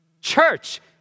Church